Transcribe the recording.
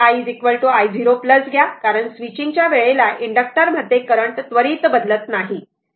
या लुप मध्ये फक्त KVL अप्लाय करा आणि I i0 घ्या कारण स्विचींग च्या वेळेला इंडक्टर मध्ये करंट त्वरित बदलत नाही